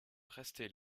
rester